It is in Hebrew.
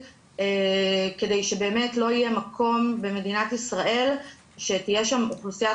כדי שבאמת לא יהיה מקום במדינת ישראל שתהיה שם אוכלוסיית